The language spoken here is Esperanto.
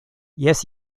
jes